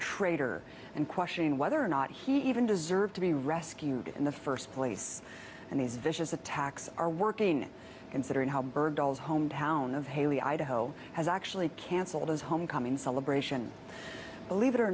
traitor and questioning whether or not he even deserved to be rescued in the first place and he's vicious attacks are working considering how bergdahl his hometown of hailey idaho has actually canceled his homecoming celebration believe it or